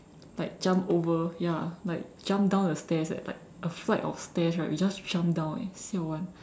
like jump over ya like jump down the stairs eh like a flight of stairs we just jump down eh siao [one]